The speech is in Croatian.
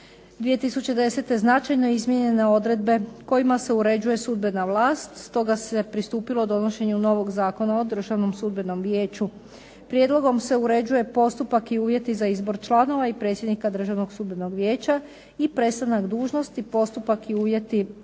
godine značajno izmijenjene odredbe kojima se uređuje sudbena vlast. Stoga se pristupilo donošenju novog Zakona o Državnom sudbenom vijeću. Prijedlogom se uređuje postupak i uvjeti za izbor članova i predsjednika Državnog sudbenog vijeća i prestanak dužnosti, postupak i uvjeti